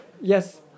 Yes